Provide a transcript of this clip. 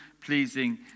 pleasing